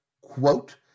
quote